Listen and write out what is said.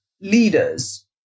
leaders